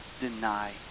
deny